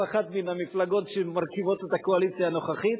אחת מן המפלגות שמרכיבות את הקואליציה הנוכחית.